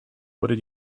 what